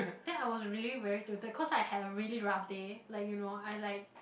then I was really very tilted cause I had a really rough day like you know I like